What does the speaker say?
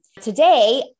Today